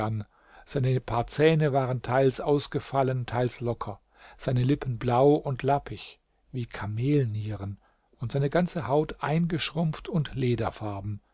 seine paar zähne waren teils ausgefallen teils locker seine lippen blau und lappig wie kamelnieren und seine ganze haut eingeschrumpft und lederfarben